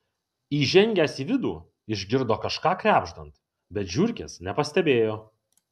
įžengęs į vidų išgirdo kažką krebždant bet žiurkės nepastebėjo